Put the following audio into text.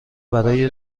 برای